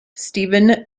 stephen